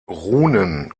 runen